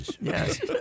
Yes